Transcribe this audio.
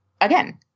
again